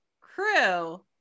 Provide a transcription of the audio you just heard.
crew